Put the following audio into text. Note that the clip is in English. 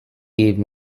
gave